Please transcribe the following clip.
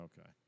Okay